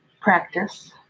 practice